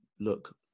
look